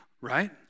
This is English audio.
right